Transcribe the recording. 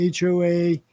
hoa